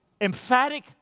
emphatic